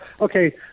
okay